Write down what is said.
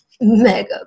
mega